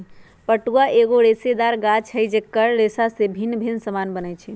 पटुआ एगो रेशेदार गाछ होइ छइ जेकर रेशा से भिन्न भिन्न समान बनै छै